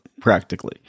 practically